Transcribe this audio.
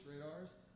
radars